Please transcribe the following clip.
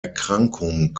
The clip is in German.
erkrankung